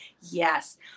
Yes